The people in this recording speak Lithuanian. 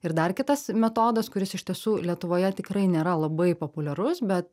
ir dar kitas metodas kuris iš tiesų lietuvoje tikrai nėra labai populiarus bet